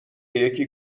یکی